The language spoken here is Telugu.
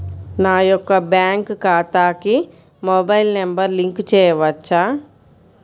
నా యొక్క బ్యాంక్ ఖాతాకి మొబైల్ నంబర్ లింక్ చేయవచ్చా?